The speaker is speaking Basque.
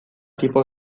tipo